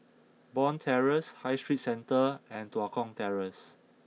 Bond Terrace High Street Centre and Tua Kong Terrace